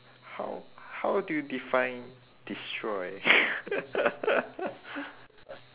how how do you define destroy